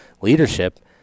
leadership